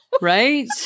Right